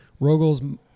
Rogel's